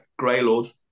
Greylord